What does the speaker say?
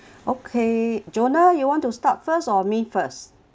okay joanna you want to start first or me first